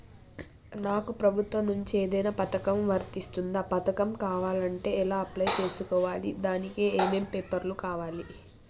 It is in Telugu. నాకు ప్రభుత్వం నుంచి ఏదైనా పథకం వర్తిస్తుందా? పథకం కావాలంటే ఎలా అప్లై చేసుకోవాలి? దానికి ఏమేం పేపర్లు కావాలి?